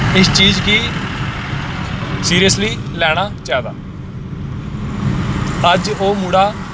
इस चीज गी सिरियसली लैना चाहिदा अज्ज ओह् मुड़ा